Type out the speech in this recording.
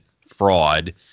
fraud